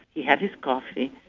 he had his coffee,